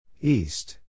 East